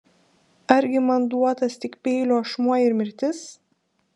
argi man duotas tik peilio ašmuo ir mirtis